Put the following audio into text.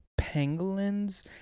pangolins